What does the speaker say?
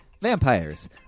vampires